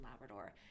labrador